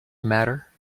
matter